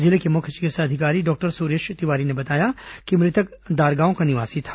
जिले के मुख्य चिकित्सा अधिकारी डॉक्टर सुरेश तिवारी ने बताया कि मृतक दारगांव का निवासी था